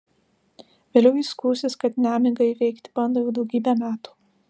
vėliau ji skųsis kad nemigą įveikti bando jau daugybę metų